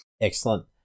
Excellent